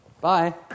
Bye